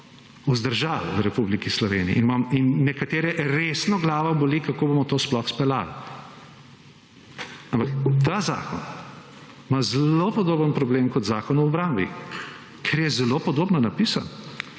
vzdržali v Republiki Sloveniji. In nekatere resno glava boli kako bomo to sploh speljali. Ampak ta zakon ima zelo podoben problem kot Zakon o obrambi, ker je zelo podobno napisan.